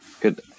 good